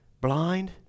blind